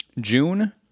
June